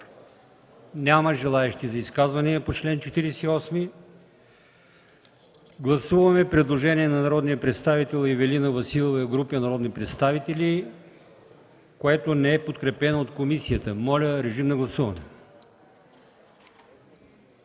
Няма желаещи за изказвания по чл. 48. Гласуваме предложението на народния представител Ивелина Василева и група народни представители, което не е подкрепено от комисията. Моля, режим на гласуване.